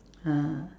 ah